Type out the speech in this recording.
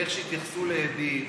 איך שהתייחסו לעדים.